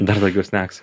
dar daugiau sneksų